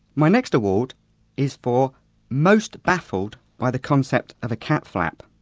my next award is for most baffled by the concept of a cat flap.